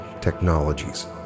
technologies